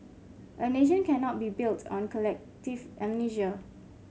a nation cannot be built on collective amnesia